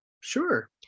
sure